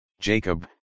Jacob